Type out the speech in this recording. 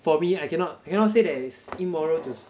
for me I cannot I cannot say that it's immoral to